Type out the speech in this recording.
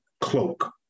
cloak